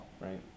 Right